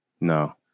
No